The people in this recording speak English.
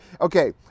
Okay